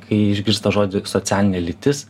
kai išgirsta žodį socialinė lytis